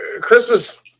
Christmas